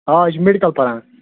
آ یہِ چھُ میڈکل پران